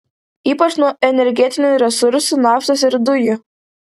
ypač nuo energetinių resursų naftos ir dujų